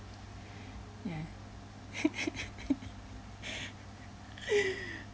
ya ya